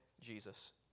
Jesus